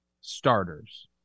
starters